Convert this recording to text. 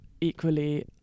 equally